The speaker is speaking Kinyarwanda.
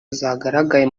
zagaragaye